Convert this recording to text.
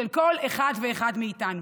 של כל אחת ואחד מאיתנו.